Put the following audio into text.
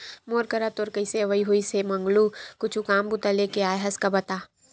मोर करा तोर कइसे अवई होइस हे मंगलू कुछु काम बूता लेके आय हस का बता?